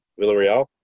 Villarreal